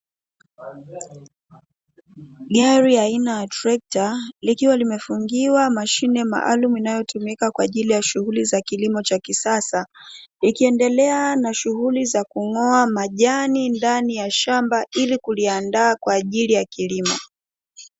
Gari aina ya trekta likiwa limefungiwa mashine maalumu inayotumika kwa ajili ya shughuli za kilimo cha kisasa, ikielendelea na shughuli za kung'oa majani, ndani ya shamba ili kuliandaa kwa ajili ya kilimo.